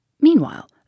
Meanwhile